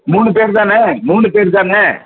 மூணு பேர் தானே மூணு பேர் தானே